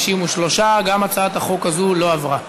53. גם הצעת החוק הזאת לא עברה.